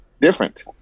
Different